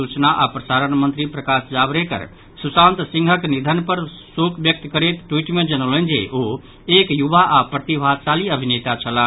सूचना आओर प्रसारण मंत्री प्रकाश जावड़ेकर सुशांत सिंहक निधन पर शोक व्यक्त करैत अपन ट्वीट मे जनौलनि जे ओ एक युवा आ प्रतिभाशाली अभिनेता छलाह